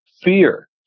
fear